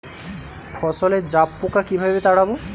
ফসলে জাবপোকা কিভাবে তাড়াব?